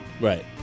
Right